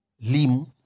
Lim